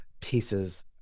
pieces